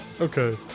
Okay